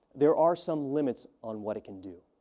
there are some limits on what it can do.